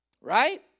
Right